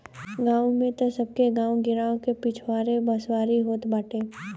गांव में तअ सबके गांव गिरांव के पिछवारे बसवारी होत बाटे